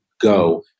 go